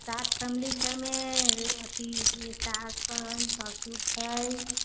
सात फैमिली छै एहिमे अथि सास छै ससुर छै